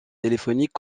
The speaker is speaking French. téléphoniques